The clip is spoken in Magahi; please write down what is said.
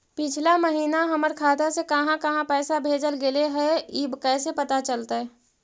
पिछला महिना हमर खाता से काहां काहां पैसा भेजल गेले हे इ कैसे पता चलतै?